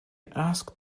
asked